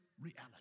reality